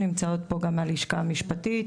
נמצאות פה גם מהלשכה המשפטית,